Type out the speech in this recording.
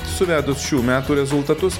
suvedus šių metų rezultatus